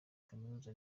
kaminuza